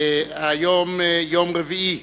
היום יום רביעי,